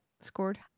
scored